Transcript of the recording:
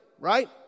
right